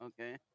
Okay